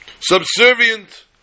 subservient